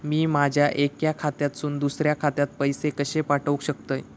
मी माझ्या एक्या खात्यासून दुसऱ्या खात्यात पैसे कशे पाठउक शकतय?